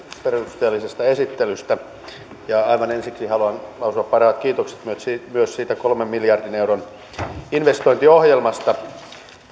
perusteellisesta esittelystä aivan ensiksi haluan lausua parhaat kiitokset myös siitä kolmen miljardin euron investointiohjelmasta